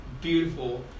beautiful